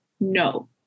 no